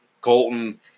Colton